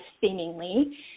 seemingly